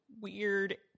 weird